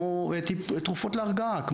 תרופות להרגעה,